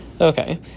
Okay